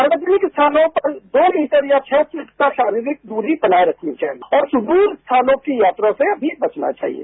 सार्वजनिक स्थानों पर दो मीटर या छह फीट पर शारीरिक दूरी बनाई रखनी चाहिए और सुदूर स्थानों की यात्रा से भी बचना चाहिए